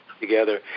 together